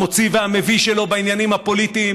המוציא והמביא שלו בעניינים הפוליטיים